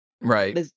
Right